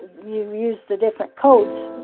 you used the different codes.